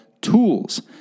tools